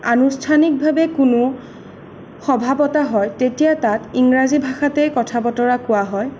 আনুষ্ঠানিকভাৱে কোনো সভা পতা হয় তেতিয়া তাত ইংৰাজী ভাষাতেই কথা বতৰা কোৱা হয়